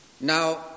Now